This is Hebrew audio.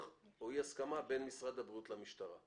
או אי הסכמה בין משרד הבריאות למשטרה.